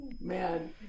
man